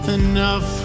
enough